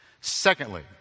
Secondly